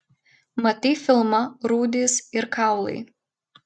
matei filmą rūdys ir kaulai